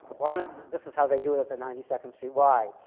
wanted, this is how they do it at the ninety second street y.